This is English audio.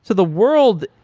the world,